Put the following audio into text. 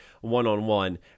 one-on-one